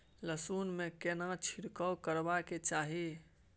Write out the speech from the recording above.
लहसुन में केना छिरकाव करबा के चाही?